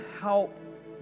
help